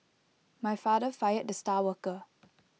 my father fired the star worker